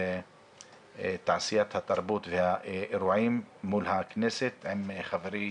תעשיית התרבות והאירועים מול הכנסת עם חברי,